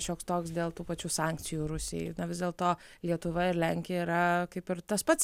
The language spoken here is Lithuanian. šioks toks dėl tų pačių sankcijų rusijai na vis dėlto lietuva ir lenkija yra kaip ir tas pats